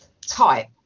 type